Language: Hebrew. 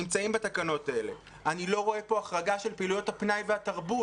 נמצאים בתקנות האלה; אני לא רואה פה החרגה של פעילויות הפנאי והתרבות,